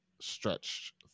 stretched